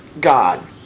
God